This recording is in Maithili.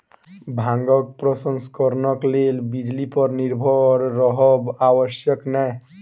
भांगक प्रसंस्करणक लेल बिजली पर निर्भर रहब आवश्यक नै